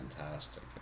fantastic